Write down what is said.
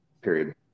period